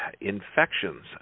infections